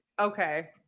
Okay